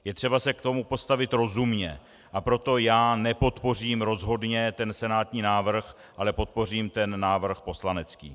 Je třeba se k tomu postavit rozumně, a proto já nepodpořím rozhodně senátní návrh, ale podpořím návrh poslanecký.